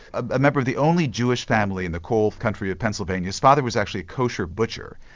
a member of the only jewish family in the coal country of pennsylvania. his father was actually a kosher butcher.